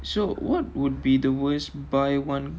so what would be the worst by one